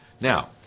Now